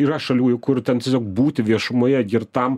yra šalių juk kur ten būti viešumoje girtam